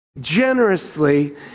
generously